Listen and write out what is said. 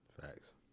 Facts